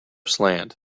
slant